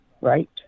Right